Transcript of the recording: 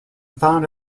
found